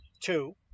two